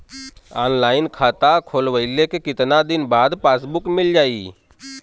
Online खाता खोलवईले के कितना दिन बाद पासबुक मील जाई?